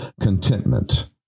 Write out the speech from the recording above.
contentment